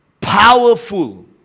Powerful